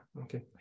okay